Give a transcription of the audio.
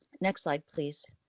next slide, please.